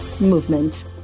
movement